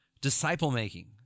disciple-making